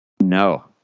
No